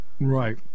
Right